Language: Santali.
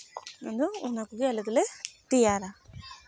ᱚᱱᱟᱫᱚ ᱚᱱᱟ ᱠᱚᱜᱮ ᱟᱞᱮ ᱫᱚᱞᱮ ᱛᱮᱭᱟᱨᱟ